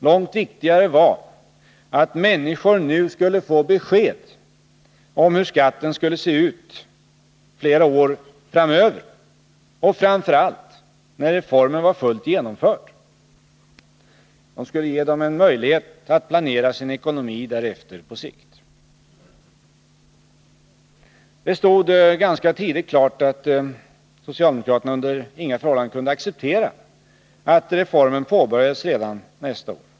Långt viktigare var att människor nu skulle få besked om hur skatten skulle se ut flera år framöver och framför allt när reformen var fullt genomförd. Det skulle ge dem en möjlighet att planera sin ekonomi på sikt därefter. Det stod ganska tidigt klart att socialdemokraterna under inga förhållanden kunde acceptera att reformen påbörjades redan nästa år.